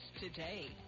today